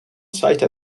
site